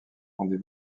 rendez